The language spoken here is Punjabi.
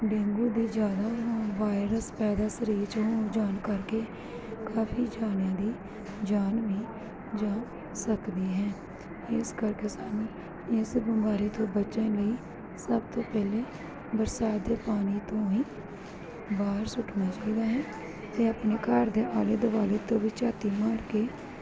ਡੇਂਗੂ ਦੀ ਜ਼ਿਆਦਾ ਵਾਇਰਸ ਪੈਦਾ ਸਰੀਰ 'ਚ ਹੋ ਜਾਣ ਕਰਕੇ ਕਾਫੀ ਜਾਣਿਆਂ ਦੀ ਜਾਨ ਵੀ ਜਾ ਸਕਦੀ ਹੈ ਇਸ ਕਰਕੇ ਸਾਨੂੰ ਇਸ ਬਿਮਾਰੀ ਤੋਂ ਬਚਣ ਲਈ ਸਭ ਤੋਂ ਪਹਿਲਾਂ ਬਰਸਾਤ ਦੇ ਪਾਣੀ ਤੋਂ ਹੀ ਬਾਹਰ ਸੁੱਟਣਾ ਚਾਹੀਦਾ ਹੈ ਅਤੇ ਆਪਣੇ ਘਰ ਦੇ ਆਲੇ ਦੁਆਲੇ ਤੋਂ ਵੀ ਝਾਤੀ ਮਾਰ ਕੇ